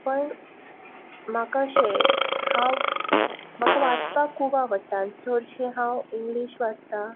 पण म्हाका अशें हांव म्हाका वाचपा खूब आवडटा चडशें हांव इंग्लीश वाचतां